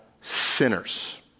sinners